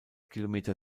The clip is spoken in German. kilometer